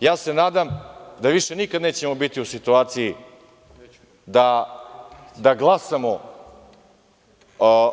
Ja se nadam da više nikada nećemo biti u situaciji da glasamo,